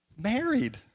Married